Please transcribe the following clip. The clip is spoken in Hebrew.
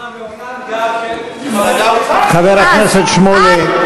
לא קרה מעולם גם שחבר כנסת קרא לחיילי צה"ל,